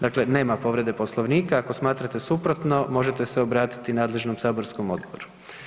Dakle, nema povrede Poslovnika, ako smatrate suprotno možete se obratiti nadležnom saborskom odboru.